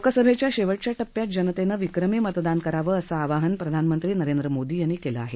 लोकसभेच्या शेवटच्या टप्प्यात जनतेनं विक्रमी मतदान करावं असं आवाहन प्रधानमंत्री नरेंद्र मोदी यांनी केलं आहे